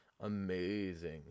Amazing